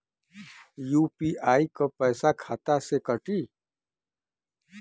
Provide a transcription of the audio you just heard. UPI क पैसा खाता से कटी?